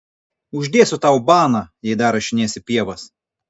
uždėsiu tau baną jei dar rašinėsi pievas